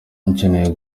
ukeneye